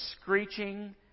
screeching